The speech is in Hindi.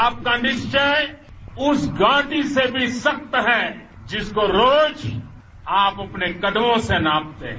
आपका निश्चय उस घाटी से भी सख्त है जिसको रोज आप अपने कदमों से नापते हैं